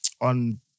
on